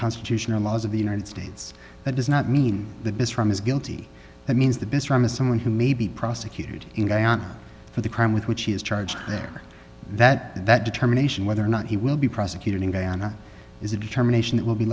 constitution or laws of the united states that does not mean the best from is guilty that means the best for him as someone who may be prosecuted in guyana for the crime with which he is charged there that that determination whether or not he will be prosecuted in ghana is a determination that will be